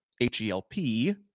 H-E-L-P